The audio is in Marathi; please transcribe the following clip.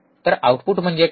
तर आउटपुट म्हणजे काय